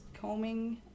combing